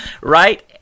right